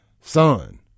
Son